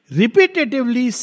Repetitively